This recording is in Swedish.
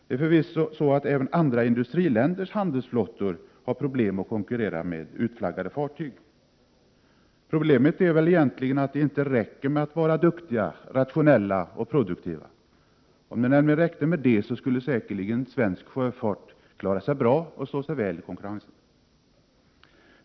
Det är förvisso så att även andra industriländers handelsflottor har Problemet är väl egentligen att det inte räcker med att vara duktig, rationell och produktiv. Om det nämligen räckte med det så skulle säkerligen svensk sjöfart klara sig bra och stå sig väl i konkurrensen.